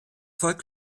folgt